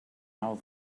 how